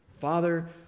Father